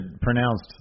pronounced